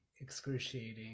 excruciating